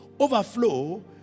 Overflow